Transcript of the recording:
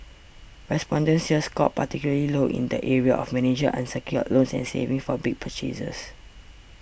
respondents here scored particularly low in the areas of managing unsecured loans and saving for big purchases